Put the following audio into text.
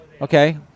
Okay